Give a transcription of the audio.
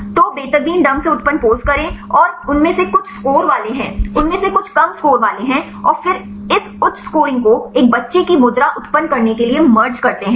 तो बेतरतीब ढंग से उत्पन्न पॉज़ करें उनमें से कुछ उच्च स्कोर वाले हैं उनमें से कुछ कम स्कोर वाले हैं और फिर इस उच्च स्कोरिंग को एक बच्चे की मुद्रा उत्पन्न करने के लिए मर्ज करते हैं